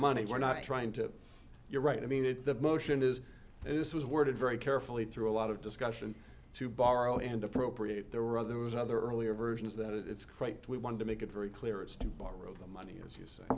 money we're not trying to you're right i mean it the motion is this was worded very carefully through a lot of discussion to borrow and appropriate there were there was another earlier version is that it's quite we want to make it very clear it's to borrow the money as you say